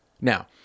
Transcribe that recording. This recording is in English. Now